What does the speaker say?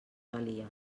valia